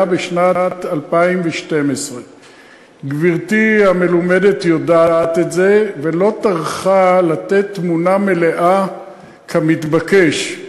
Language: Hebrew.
בשנת 2012. גברתי המלומדת יודעת את זה ולא טרחה לתת תמונה מלאה כמתבקש,